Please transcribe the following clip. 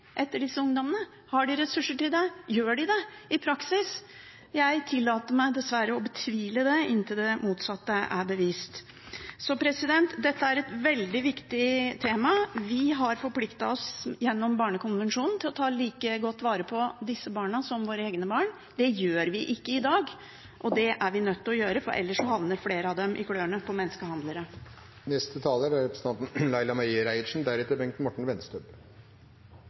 det i praksis? Jeg tillater meg dessverre å betvile det inntil det motsatte er bevist. Dette er et veldig viktig tema. Vi har forpliktet oss gjennom Barnekonvensjonen til å ta like godt vare på disse barna som våre egne barn. Det gjør vi ikke i dag. Det er vi nødt til å gjøre, for ellers havner flere av dem i klørne på menneskehandlere. Takk til interpellanten, som tar opp eit svært viktig tema – og gratulerer med dagen. Det er